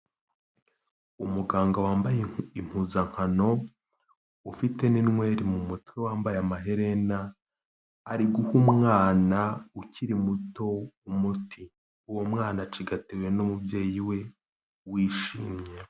Umuganga wambaye impuzankano ufite n'inyweri mu mutwe, wambaye amaherena, ari guha umwana ukiri muto umuti, uwo mwana acigatiwe n'umubyeyi we wishimye.